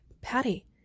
Patty